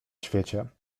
świecie